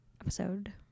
episode